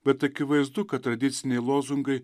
bet akivaizdu kad tradiciniai lozungai